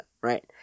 right